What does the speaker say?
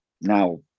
now